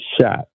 shot